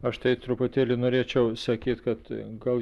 aš tai truputėlį norėčiau sakyt kad gal